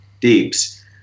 deeps